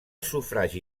sufragi